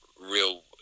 real